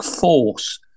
Force